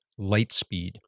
Lightspeed